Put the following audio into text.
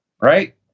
Right